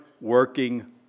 working